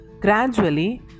Gradually